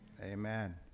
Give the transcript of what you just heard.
Amen